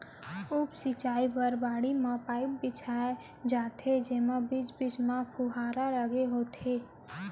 उप सिंचई बर बाड़ी म पाइप बिछाए जाथे जेमा बीच बीच म फुहारा लगे होथे